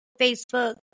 Facebook